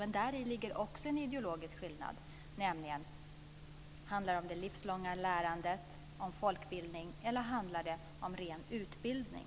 Men däri ligger också en ideologisk skillnad, nämligen: Handlar det om det livslånga lärandet, om folkbildning eller handlar det om ren utbildning?